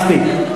מספיק,